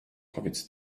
powiedz